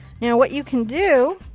now what you can do